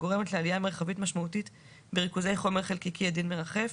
הגורמת לעליה מרחבית משמעותית בריכוזי חומר חלקיקי עדין מרחף,